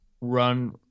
run